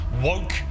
woke